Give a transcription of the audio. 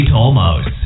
Tolmos